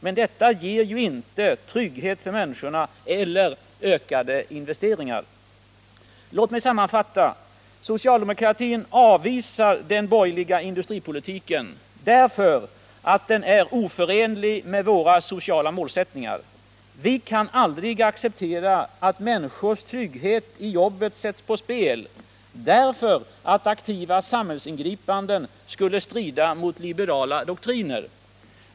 Men detta ger ju varken trygghet för människorna eller ökade investeringar. Låt mig sammanfatta: Socialdemokratin avvisar den borgerliga industripolitiken därför att den är oförenlig med våra sociala målsättningar. Vi kan aldrig acceptera att människors trygghet i jobbet sätts på spel därför att aktiva samhällsingripanden skulle strida mot liberala doktriner.